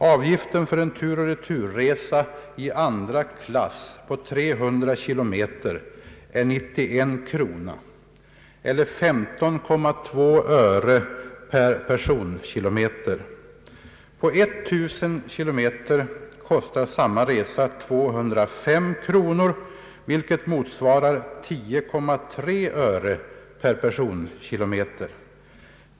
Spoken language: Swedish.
Avgiften för en turoch returresa i andra klass på 300 kilometer är 91 kronor, eller 15,2 öre per personkilometer. Samma slags resa på 1000 kilometer kostar 205 kronor, vilket motsvarar 10,3 öre per personkilometer.